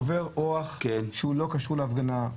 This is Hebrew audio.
עובר אורח שהוא לא קשור להפגנה,